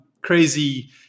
crazy